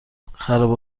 خرابه